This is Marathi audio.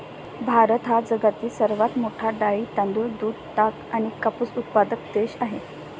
भारत हा जगातील सर्वात मोठा डाळी, तांदूळ, दूध, ताग आणि कापूस उत्पादक देश आहे